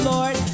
Lord